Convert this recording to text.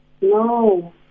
No